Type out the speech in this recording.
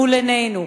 מול עינינו.